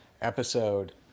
episode